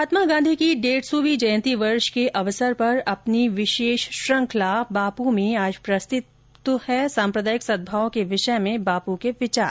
महात्मा गांधी की डेढ सौवीं जयंती वर्ष के अवसर पर अपनी विशेष श्रंखला बापू में आज प्रस्तुत हैं सांप्रदायिक सदभाव के विषय में बापू के विचार